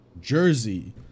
Jersey